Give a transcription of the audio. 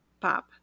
pop